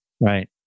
Right